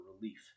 relief